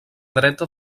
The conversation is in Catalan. dreta